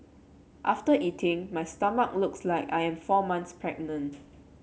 after eating my stomach looks like I am four months pregnant